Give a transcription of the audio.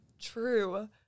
true